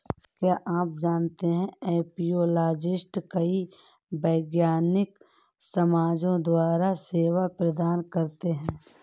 क्या आप जानते है एपियोलॉजिस्ट कई वैज्ञानिक समाजों द्वारा सेवा प्रदान करते हैं?